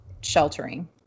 sheltering